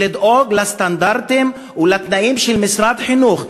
ולדאוג לסטנדרטים ולתנאים של משרד החינוך.